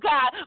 God